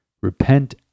Repent